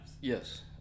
Yes